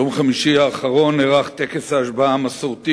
ביום חמישי האחרון היה טקס ההשבעה המסורתי